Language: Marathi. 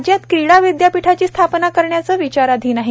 राज्यात क्रीडा विद्यापीठाची स्थापना करण्याचे विचाराधीन आहे